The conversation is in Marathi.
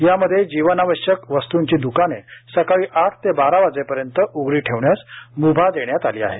यामध्ये जीवनावश्यक वस्तूंची द्काने सकाळी आठ ते बारा वाजेपर्यंत उघडी ठेवण्यास म्भा देण्यात आली आहे